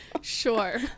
Sure